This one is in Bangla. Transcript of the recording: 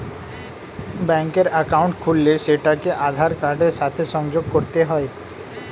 ব্যাঙ্কের অ্যাকাউন্ট খুললে সেটাকে আধার কার্ডের সাথে সংযোগ করতে হয়